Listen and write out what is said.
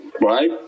right